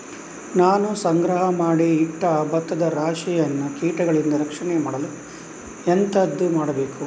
ನಾನು ಸಂಗ್ರಹ ಮಾಡಿ ಇಟ್ಟ ಭತ್ತದ ರಾಶಿಯನ್ನು ಕೀಟಗಳಿಂದ ರಕ್ಷಣೆ ಮಾಡಲು ಎಂತದು ಮಾಡಬೇಕು?